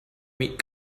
meat